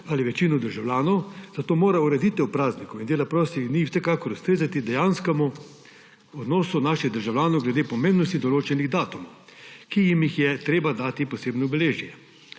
ali večino državljanov, zato mora ureditev praznikov in dela prostih dni vsekakor ustrezati dejanskemu odnosu naših državljanov glede pomembnosti določenih datumov, ki jim je treba dati posebno obeležje.